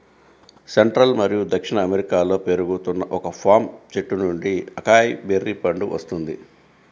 central మరియు దక్షిణ అమెరికాలో పెరుగుతున్న ఒక పామ్ చెట్టు నుండి అకాయ్ బెర్రీ పండు వస్తుంది